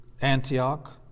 Antioch